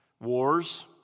Wars